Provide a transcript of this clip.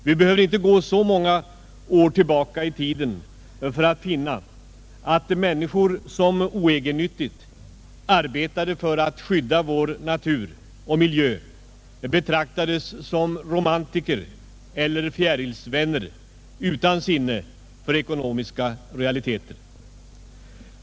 Man behöver inte gå så många år tillbaka i tiden för att finna att människor, som oegennyttigt arbetade för att skydda vår natur och miljö, betraktades som romantiker eller fjärilsvänner utan sinne för ekonomiska realiteter.